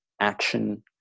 action